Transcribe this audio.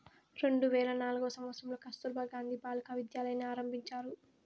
రెండు వేల నాల్గవ సంవచ్చరంలో కస్తుర్బా గాంధీ బాలికా విద్యాలయని ఆరంభించారు